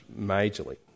majorly